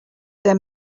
there